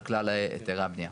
על כלל היתרי הבנייה.